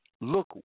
Look